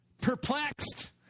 Perplexed